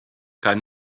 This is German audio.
kein